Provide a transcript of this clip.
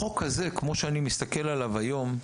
לחוק הזה, כמו שאני מסתכל עליו היום,